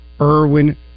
Irwin